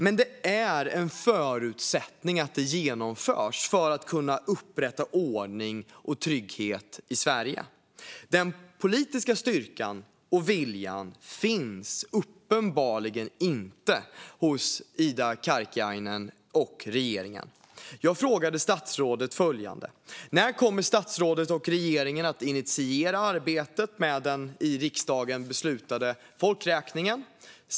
Men det är en förutsättning att detta genomförs för att vi ska kunna upprätta ordning och trygghet i Sverige. Den politiska styrkan och viljan finns uppenbarligen inte hos Ida Karkiainen och regeringen. Jag frågade statsrådet följande: När kommer statsrådet och regeringen att initiera arbetet med den av riksdagen beslutade folkräkningen?